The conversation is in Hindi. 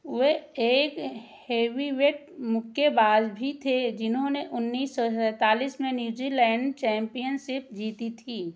वे एक हेवीवेट मुक्केबाज़ भी थे जिन्होंने उन्नीस सौ सैंतालीस में न्यू जीलैंड चैंपियनसिप जीती थी